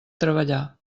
treballar